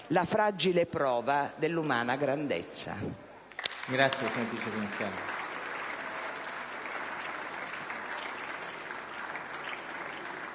la fragile prova dell'umana grandezza.